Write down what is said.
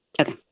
Okay